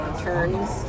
turns